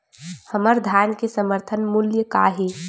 हमर धान के समर्थन मूल्य का हे?